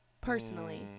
personally